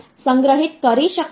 તેથી આ decimal number system છે